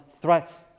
threats